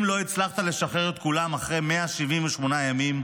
אם לא הצלחת לשחרר את כולם אחרי 178 ימים,